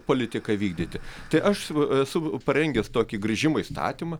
politiką vykdyti tai aš esu parengęs tokį grįžimo įstatymą